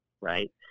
right